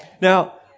Now